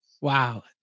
Wow